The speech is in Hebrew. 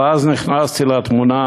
או-אז נכנסתי לתמונה,